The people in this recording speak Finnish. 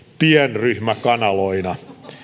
pienryhmäkanaloina